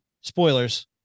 spoilers